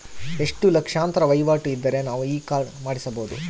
ಎಷ್ಟು ಲಕ್ಷಾಂತರ ವಹಿವಾಟು ಇದ್ದರೆ ನಾವು ಈ ಕಾರ್ಡ್ ಮಾಡಿಸಬಹುದು?